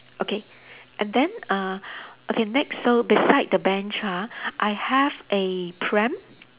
okay and then uh okay next so beside the bench ha I have a pram